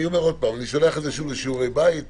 אני שולח את זה שוב לשיעורי בית.